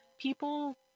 people